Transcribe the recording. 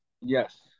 Yes